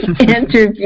interview